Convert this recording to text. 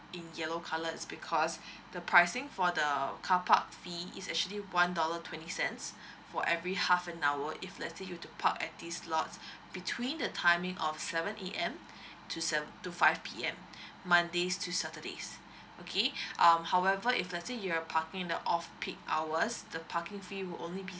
in yellow colour is because the pricing for the carpark fee is actually one dollar twenty cents for every half an hour if let's say you want to park at the lots between the timing of seven A_M to seven to five P_M mondays to saturdays okay um however if let's say you're parking the off peak hours the parking fee will only be